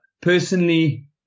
personally